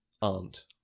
aunt